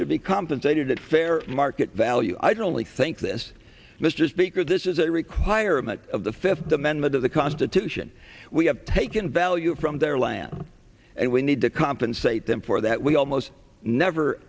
should be compensated at fair market value only think this mr speaker this is a requirement of the fifth amendment of the constitution we have taken value from their land and we need to compensate them for that we almost never